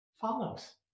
follows